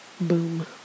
Boom